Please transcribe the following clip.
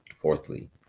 Fourthly